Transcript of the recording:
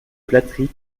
flatteries